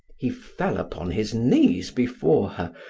he fell upon his knees before her,